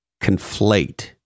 conflate